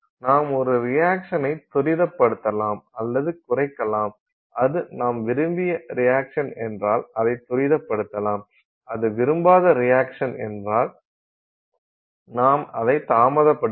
நாம் ஒரு ரியாக்சனை துரிதப்படுத்தலாம் அல்லது குறைக்கலாம் அது நாம் விரும்பிய ரியாக்சன் என்றால் அதை துரிதப்படுத்தலாம் அது விரும்பத்தகாத ரியாக்சன் என்றால் நாம் அதை தாமதப்படுத்தலாம்